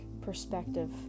perspective